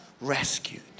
rescued